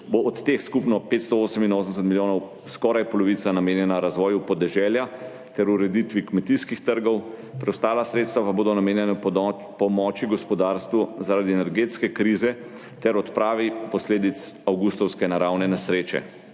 bo od teh skupno 588 milijonov skoraj polovica namenjena razvoju podeželja ter ureditvi kmetijskih trgov, preostala sredstva pa bodo namenjena pomoči gospodarstvu zaradi energetske krize ter odpravi posledic avgustovske naravne nesreče.